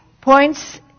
points